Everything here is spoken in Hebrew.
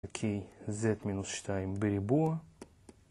אוקיי, Z מינוס שתיים בריבוע.